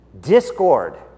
discord